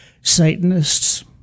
Satanists